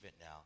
now